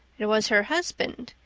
it was her husband.